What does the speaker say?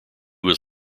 was